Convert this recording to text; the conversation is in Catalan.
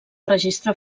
registre